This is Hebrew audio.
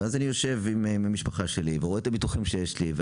וישבתי עם המשפחה שלי וראיתי את הביטוחים שיש לי,